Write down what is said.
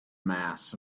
mass